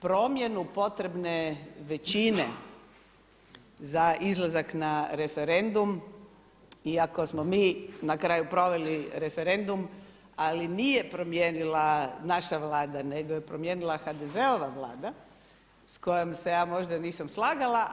Promjenu potrebne većine za izlazak na referendum iako smo mi na kraju proveli referendum, ali nije promijenila naša Vlada nego je promijenila HDZ-ova Vlada sa kojom se ja možda nisam slagala.